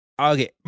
Okay